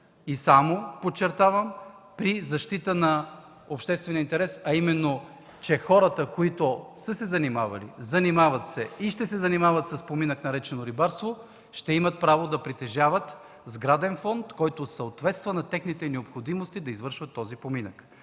и само, подчертавам, при защита на обществения интерес, а именно че хората, които са се занимавали, занимават се и ще се занимават с поминък наречен рибарство, ще имат право да притежават сграден фонд, който съответства на техните необходимости да извършват този поминък,